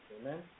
Amen